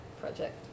project